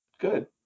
Good